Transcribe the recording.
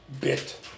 bit